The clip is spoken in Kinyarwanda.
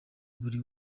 buri